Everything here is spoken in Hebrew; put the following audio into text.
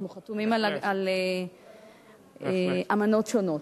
אנחנו חתומים על אמנות שונות.